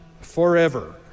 forever